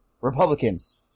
Republicans